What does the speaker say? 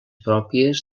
pròpies